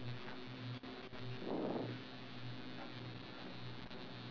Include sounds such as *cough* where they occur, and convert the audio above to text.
*noise* I don't know but then like just like talk about like what do you see here like